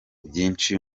byinshi